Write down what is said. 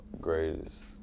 greatest